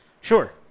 Sure